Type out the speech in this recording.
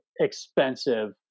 expensive